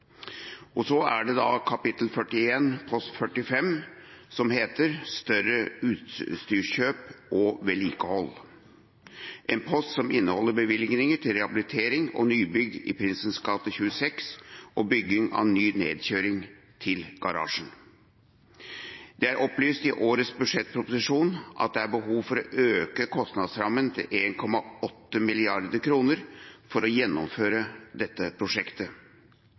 Så er det kap. 41 post 45 som heter Større utstyrsanskaffelser og vedlikehold, en post som inneholder bevilgninger til rehabilitering og nybygg i Prinsens gate 26 og bygging av ny nedkjøring til garasjen. Det er opplyst i årets budsjettproposisjon at det er behov for å øke kostnadsrammen til 1,8 mrd. kr for å gjennomføre dette prosjektet.